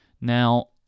Now